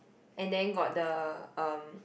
and then got the um